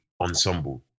ensemble